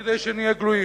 כדי שנהיה גלויים.